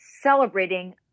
celebrating